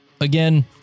again